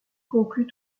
conclus